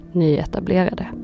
nyetablerade